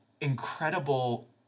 incredible